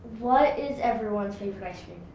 what is everyone's favorite ice cream?